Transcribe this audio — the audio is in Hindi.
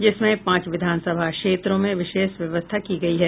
जिनमें पांच विधानसभा क्षेत्रों में विशेष व्यवस्था की गयी है